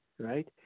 Right